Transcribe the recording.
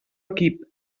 equip